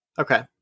Okay